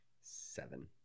Seven